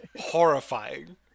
horrifying